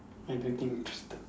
I don't think interested